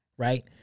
Right